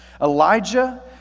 Elijah